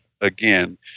again